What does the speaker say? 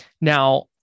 Now